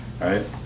right